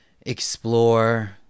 explore